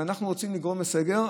אם אנחנו רוצים לגרום לסגר,